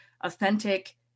authentic